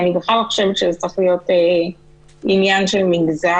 אני בכלל לא חושבת שזה צריך להיות עניין של מגזר.